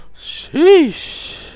Sheesh